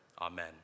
amen